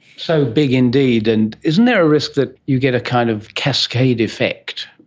so big indeed. and isn't there a risk that you get a kind of cascade effect,